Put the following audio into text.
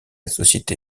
société